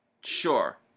sure